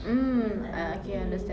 mm ah okay understand